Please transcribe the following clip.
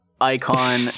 icon